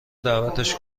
دعوتش